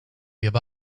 give